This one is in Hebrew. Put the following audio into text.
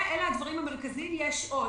אלה הדברים המרכזיים יש עוד.